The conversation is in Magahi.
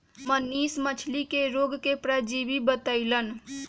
मनीष मछ्ली के रोग के परजीवी बतई लन